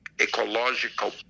ecological